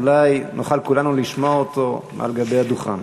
אולי נוכל כולנו לשמוע אותו על גבי הדוכן.